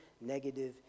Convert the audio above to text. negative